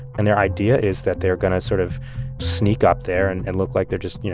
and their idea is that they're going to sort of sneak up there and and look like they're just, you know,